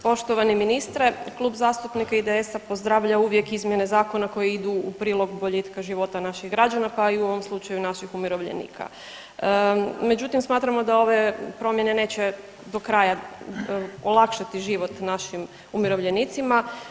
Poštovani ministre, Klub zastupnika IDS-a pozdravlja uvijek izmjene zakona koji idu u prilog boljitka života naših građana, pa i u ovom slučaju naših umirovljenika, međutim smatramo da ove promjene neće do kraja olakšati život našim umirovljenicima.